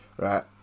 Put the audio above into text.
right